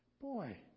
boy